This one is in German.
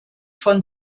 von